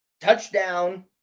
touchdown